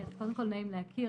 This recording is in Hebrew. קודם כל נעים להכיר,